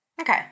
Okay